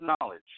knowledge